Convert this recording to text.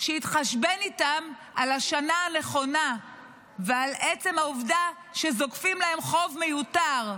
שיתחשבן איתם על השנה נכונה ועל עצם העובדה שזוקפים להם חוב מיותר,